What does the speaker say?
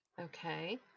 Okay